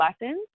lessons